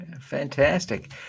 fantastic